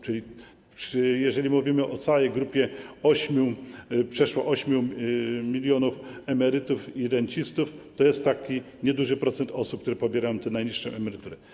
Czyli jeżeli mówimy o całej grupie przeszło 8 mln emerytów i rencistów, to jest taki nieduży procent osób, które pobierają tę najniższą emeryturę.